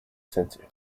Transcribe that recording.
center